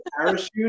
parachute